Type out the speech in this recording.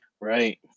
right